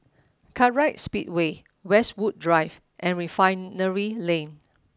Kartright Speedway Westwood Drive and Refinery Lane